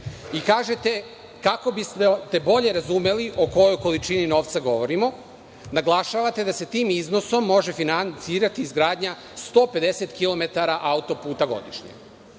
Kažete, kako biste bolje razumeli o kojoj količini novca govorimo, naglašavate da se tim iznosom može finansirati izgradnja 150 km godišnje.